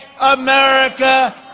America